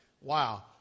Wow